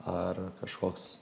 ar kažkoks